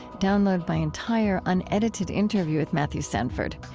download my entire unedited interview with matthew sanford.